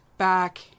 back